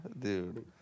Dude